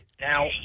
Now